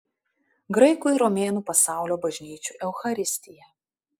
graikų ir romėnų pasaulio bažnyčių eucharistija